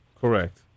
Correct